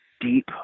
deep